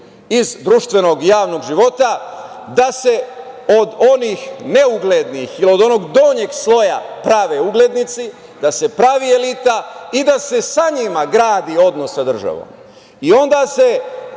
iz društvenog i javnog života, da se od onih neuglednih i od onog donjeg sloja prave uglednici, da se pravi elita i da se sa njima gradi odnos sa državom. Onda se